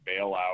bailout